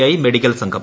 I medical സംഘം